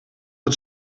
het